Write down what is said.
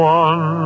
one